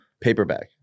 Paperback